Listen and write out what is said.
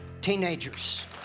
teenagers